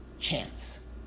chance